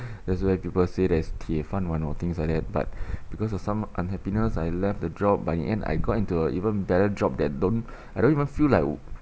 that's why people say there's when all things like that but because of some unhappiness I left the job but in the end I got into a even better job that don't I don't even feel like